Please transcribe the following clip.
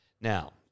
Now